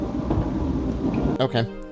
Okay